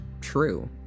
true